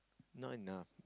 not enough